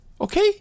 Okay